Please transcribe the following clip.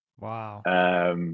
Wow